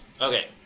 Okay